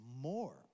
more